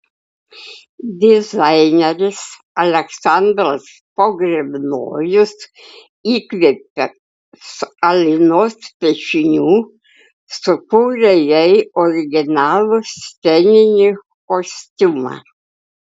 dizaineris aleksandras pogrebnojus įkvėptas alinos piešinių sukūrė jai originalų sceninį kostiumą